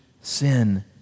sin